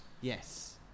Yes